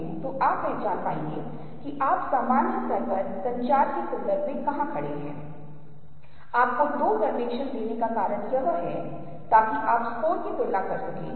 यदि आप इस विशेष छवि में गहराई से देखते हैं ठीक छवि के केंद्र में तो आप एक त्रिकोण देखते हैं त्रिकोण स्पष्ट रूप से मौजूद नहीं है लेकिन अगर मैं आपसे सवाल पूछूं तो आप इस त्रिकोण को क्यों देखते हैं